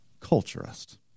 culturist